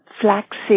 flaxseed